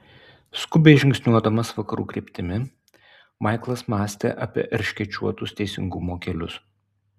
skubiai žingsniuodamas vakarų kryptimi maiklas mąstė apie erškėčiuotus teisingumo kelius